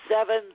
seven